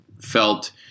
felt